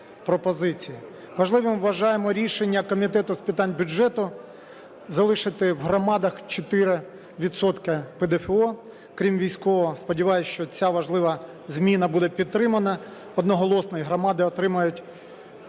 Важливим вважаємо рішення Комітету з питань бюджету залишити в громадах 4 відсотки ПДФО, крім військового. Сподіваюсь, що ця важлива зміна буде підтримана одноголосно і громади отримають